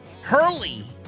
Hurley